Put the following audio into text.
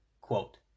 quote